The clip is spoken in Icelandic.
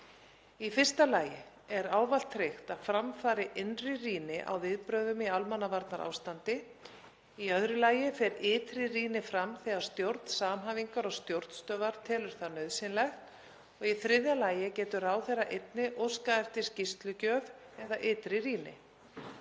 Í fyrsta lagi er ávallt tryggt að fram fari innri rýni á viðbrögðum í almannavarnaástandi. Í öðru lagi fer ytri rýni fram þegar stjórn samhæfingar- og stjórnstöðvar telur það nauðsynlegt og í þriðja lagi getur ráðherra einnig óskað eftir skýrslugjöf eða ytri rýni.